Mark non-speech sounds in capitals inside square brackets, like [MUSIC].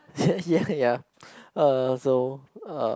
[LAUGHS] ya ya uh so uh